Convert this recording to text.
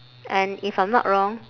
and if I'm not wrong